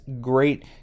great